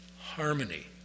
Harmony